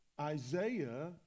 Isaiah